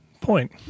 point